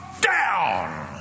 down